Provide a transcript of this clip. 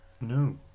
no